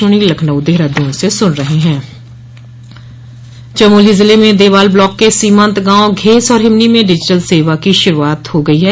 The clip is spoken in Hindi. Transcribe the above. वीड़ियो कांफ्रेंसिंग चमोली जिले में देवाल ब्लाक के सीमांत गांव घेस और हिमनी में डिजिटल सेवा की शुरूआत हो गई है